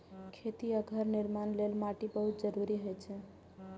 खेती आ घर निर्माण लेल माटि बहुत जरूरी होइ छै